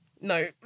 no